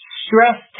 stress